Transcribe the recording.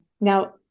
now